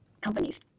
companies